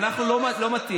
אצלנו זה לא מתאים.